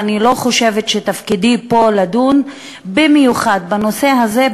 ואני לא חושבת שתפקידי פה לדון במיוחד בנושא הזה,